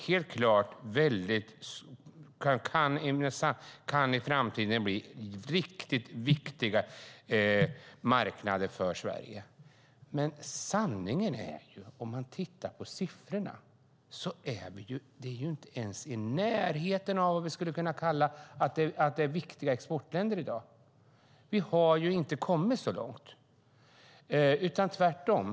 De kan helt klart i framtiden bli riktigt viktiga marknader för Sverige. Men om man tittar på siffrorna ser man att sanningen är att de inte ens är i närheten av vad vi skulle kunna kalla viktiga exportländer i dag. Vi har inte kommit så långt, utan tvärtom.